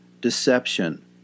deception